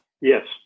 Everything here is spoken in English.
Yes